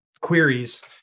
queries